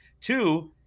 two